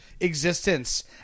existence